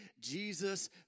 Jesus